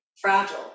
fragile